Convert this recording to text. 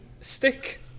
Stick